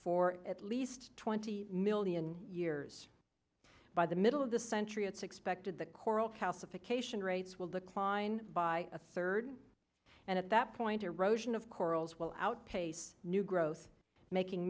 for at least twenty million years by the middle of the century it's expected that coral calcification rates will decline by a third and at that point erosion of corals will outpace new growth making